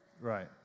Right